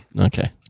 Okay